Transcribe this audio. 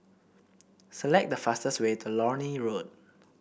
select the fastest way to Lornie Road